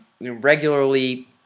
regularly